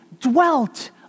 dwelt